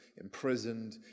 imprisoned